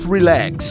Relax